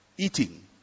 eating